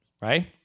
right